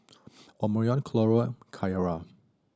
Omarion Carlo Ciarra